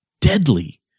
Deadly